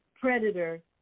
predator